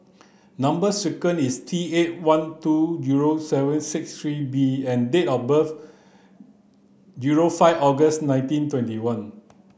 number sequence is T eight one two zero seven six three B and date of birth zero five August nineteen twenty one